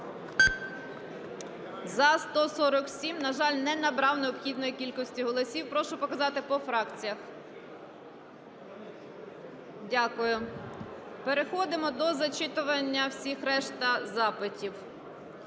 За-147 На жаль, не набрав необхідної кількості голосів. Прошу показати по фракціях. Переходимо до зачитування всіх решта запитів.